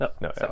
No